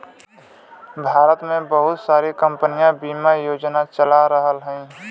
भारत में बहुत सारी कम्पनी बिमा योजना चला रहल हयी